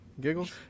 Giggles